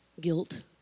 Guilt